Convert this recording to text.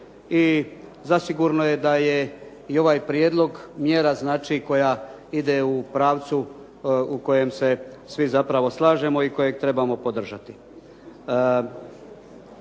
i zasigurno je da je i ovaj prijedlog mjera znači koja ide u pravcu u kojem se svi zapravo slažemo i kojeg trebamo podržati.